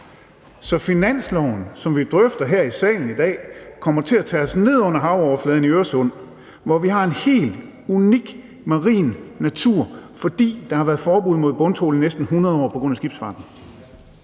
Så finansloven, som vi drøfter her i salen i dag, kommer til at tage os ned under havoverfladen i Øresund, hvor vi har en helt unik marin natur, fordi der har været forbud mod bundtrawl i næsten 100 år på grund af skibsfarten.